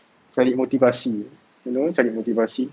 cari motivasi you know cari motivasi